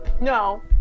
No